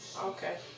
Okay